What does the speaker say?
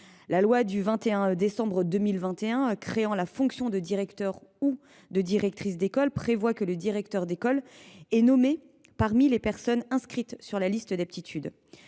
La loi du 21 décembre 2021 créant la fonction de directrice ou de directeur d’école prévoit que le directeur d’école est nommé parmi les personnes inscrites sur une liste d’aptitude.